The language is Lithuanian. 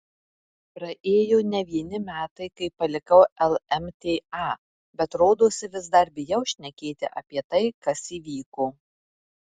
praėjo ne vieni metai kai palikau lmta bet rodosi vis dar bijau šnekėti apie tai kas įvyko